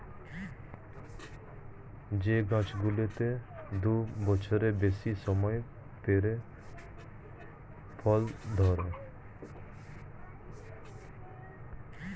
যে গাছগুলোতে দু বছরের বেশি সময় পরে ফল ধরে